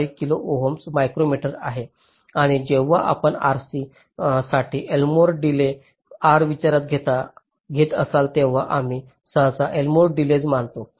5 kilo ohm micrometer आहे आणि जेव्हा आपण RC साठी एल्मोर डीलेय R विचारात घेत असाल तेव्हा आम्ही सहसा एल्मोर डीलेय मानतो